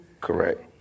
Correct